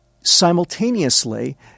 Simultaneously